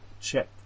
check